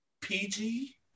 pg